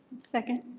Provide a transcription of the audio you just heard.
second.